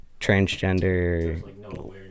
transgender